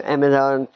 Amazon